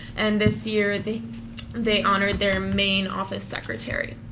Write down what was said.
and this year they they honored their main office secretary.